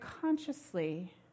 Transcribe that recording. consciously